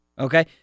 Okay